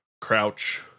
crouch